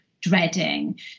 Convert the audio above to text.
dreading